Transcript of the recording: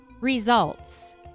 results